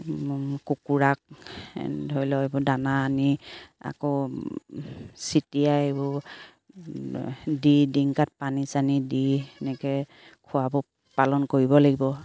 কুকুৰাক ধৰি লওক এইবোৰ দানা আনি আকৌ চিটিয়াই এইবোৰ দি ডিংকাত পানী চানি দি সেনেকে খোৱাব পালন কৰিব লাগিব